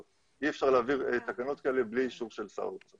להתקין את התקנות האלה, זו